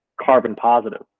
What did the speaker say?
carbon-positive